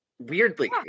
weirdly